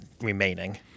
remaining